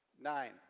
nine